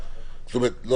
זה לא